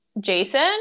Jason